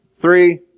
three